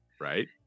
Right